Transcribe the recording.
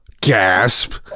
gasp